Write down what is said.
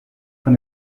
von